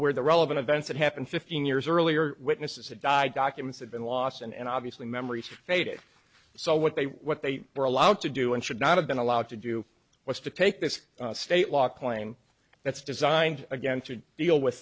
where the relevant events that happened fifteen years earlier witnesses had died documents had been lost and obviously memories have faded so what they what they were allowed to do and should not have been allowed to do was to take this state law claim that's designed again to deal with